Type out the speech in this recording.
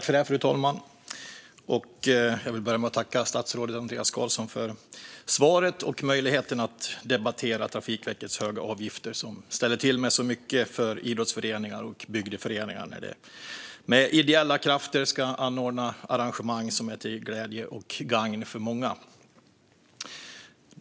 Fru talman! Jag vill börja med att tacka statsrådet Andreas Carlson för svaret och möjligheten att debattera Trafikverkets höga avgifter, som ställer till med så mycket för idrottsföreningar och bygdeföreningar när de med ideella krafter ska anordna arrangemang som är till glädje och gagn för många.